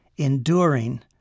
Enduring